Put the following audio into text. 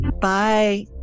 Bye